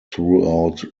throughout